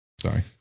Sorry